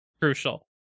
crucial